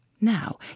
Now